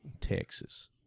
Texas